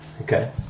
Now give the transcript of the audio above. Okay